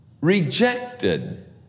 rejected